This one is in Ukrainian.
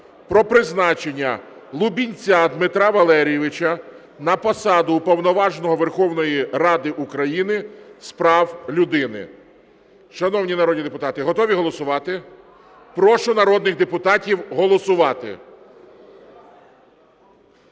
про призначення Лубінця Дмитра Валерійовича на посаду Уповноваженого Верховної Ради України з прав людини. Шановні народні депутати, готові голосувати? Прошу народних депутатів голосувати.